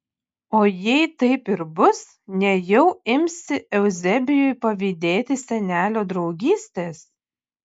o jei taip ir bus nejau imsi euzebijui pavydėti senelio draugystės